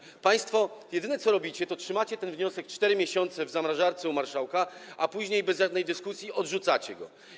Jedyne, co państwo robicie, to trzymacie ten wniosek 4 miesiące w zamrażarce u marszałka, a później bez żadnej dyskusji odrzucacie go.